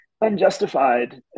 unjustified